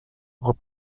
reprit